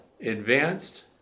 advanced